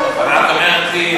אבל את אומרת לי,